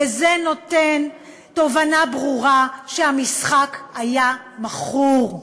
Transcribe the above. וזה נותן תובנה ברורה שהמשחק היה מכור.